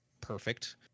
perfect